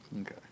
Okay